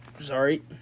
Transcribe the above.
Sorry